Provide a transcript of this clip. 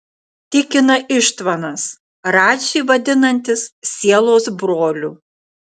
tikina ištvanas radžį vadinantis sielos broliu